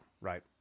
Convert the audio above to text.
right